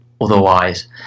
otherwise